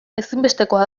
ezinbestekoa